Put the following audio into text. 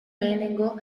lehenengo